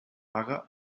vaga